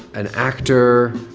an actor?